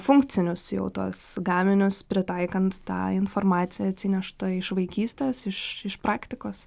funkcinius jau tuos gaminius pritaikant tą informaciją atsineštą iš vaikystės iš iš praktikos